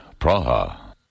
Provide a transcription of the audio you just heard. Praha